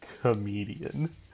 comedian